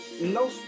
no